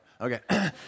Okay